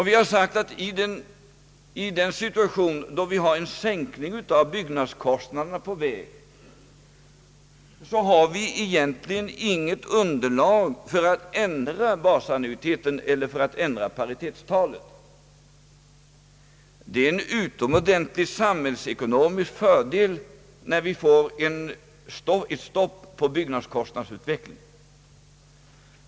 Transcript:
Vi har sagt att vi i en situation då en sänkning av byggnadskostnaderna är på väg egentligen inte har något underlag för att ändra basannuiteten eller paritetstalet. Det vore en utomordentligt samhällsekonomisk fördel, om vi finge ett stopp på byggnadskostnadsutvecklingen.